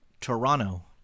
Toronto